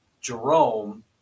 Jerome